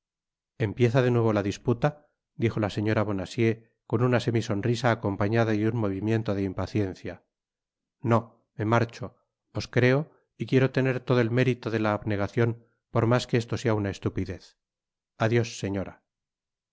empieza de nuevo la disputa dijo la señora bonacieux con una semisonrisa acompañada de un movimiento de impaciencia no me marcho os creo y quiero tener todo el mérito de la abnegacion por mas que esto sea una estupidez adios señora